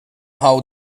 how